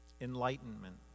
enlightenment